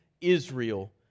Israel